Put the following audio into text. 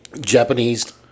Japanese